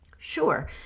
Sure